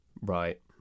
right